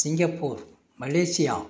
Singapore Malaysia